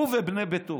הוא ובני ביתו.